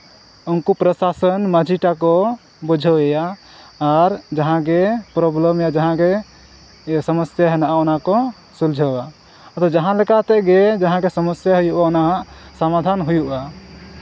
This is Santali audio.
ᱩᱱᱠᱩ ᱯᱨᱚᱥᱟᱥᱚᱱ ᱢᱟᱹᱡᱷᱤ ᱛᱟᱠᱚ ᱵᱩᱡᱷᱟᱹᱣᱮᱭᱟ ᱟᱨ ᱡᱟᱦᱟᱸ ᱜᱮ ᱯᱨᱚᱵᱽᱞᱮᱢᱮᱭᱟ ᱡᱟᱦᱟᱸᱜᱮ ᱥᱚᱢᱚᱥᱥᱟ ᱢᱮᱱᱟᱜᱼᱟ ᱚᱱᱟ ᱠᱚ ᱥᱩᱞᱡᱷᱟᱹᱣᱟ ᱟᱫᱚ ᱡᱟᱦᱟᱸ ᱞᱮᱠᱟ ᱛᱮᱜᱮ ᱡᱟᱦᱟᱸᱜᱮ ᱥᱚᱢᱚᱥᱥᱟ ᱦᱩᱭᱩᱜᱼᱟ ᱚᱱᱟ ᱦᱟᱸᱜ ᱥᱚᱢᱟᱫᱷᱟᱱ ᱦᱩᱭᱩᱜᱼᱟ